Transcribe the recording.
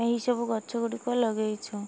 ଏହିସବୁ ଗଛ ଗୁଡ଼ିକ ଲଗାଇଛୁ